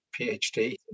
phd